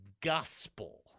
gospel